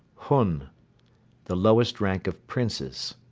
hun the lowest rank of princes.